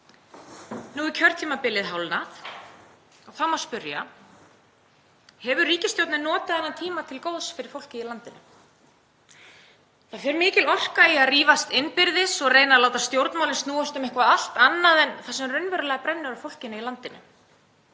Nú er kjörtímabilið hálfnað og þá má spyrja: Hefur ríkisstjórnin notað þennan tíma til góðs fyrir fólkið í landinu? Það fer mikil orka í að rífast innbyrðis og reyna að láta stjórnmálin snúast um eitthvað allt annað en það sem raunverulega brennur á fólkinu í landinu.